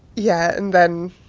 yeah and then,